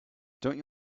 don’t